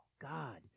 God